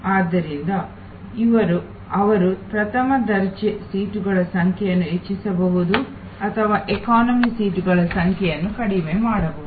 ಆದ್ದರಿಂದ ಅವರು ಪ್ರಥಮ ದರ್ಜೆ ಸೀಟುಗಳ ಸಂಖ್ಯೆಯನ್ನು ಹೆಚ್ಚಿಸಬಹುದು ಅಥವಾ ಎಕಾನಮಿ ಸೀಟುಗಳ ಸಂಖ್ಯೆಯನ್ನು ಕಡಿಮೆ ಮಾಡಬಹುದು